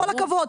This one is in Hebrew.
בכל הכבוד.